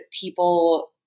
people